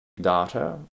data